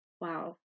Wow